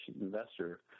investor